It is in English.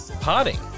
potting